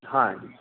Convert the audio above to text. हाँ जी